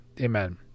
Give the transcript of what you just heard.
Amen